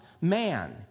man